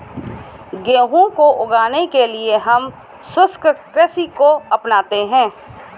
गेहूं को उगाने के लिए हम शुष्क कृषि को अपनाते हैं